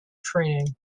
training